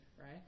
Right